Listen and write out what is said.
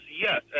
yes